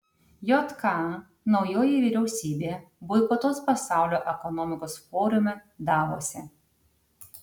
jk naujoji vyriausybė boikotuos pasaulio ekonomikos forume davose